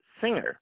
singer